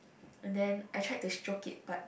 and then I tried to stroke it but